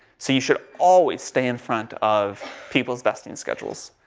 so you should always stay in front of people's vesting schedules.